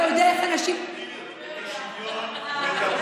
ע'דיר כמאל מריח,